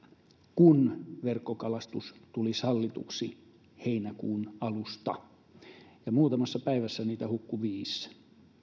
kun verkkokalastus tuli sallituksi heinäkuun alusta muutamassa päivässä niitä hukkui viisi